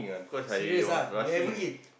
serious ah you haven't eat